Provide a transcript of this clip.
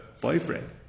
boyfriend